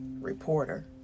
reporter